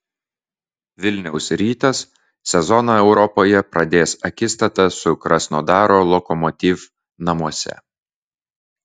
vilniaus rytas sezoną europoje pradės akistata su krasnodaro lokomotiv namuose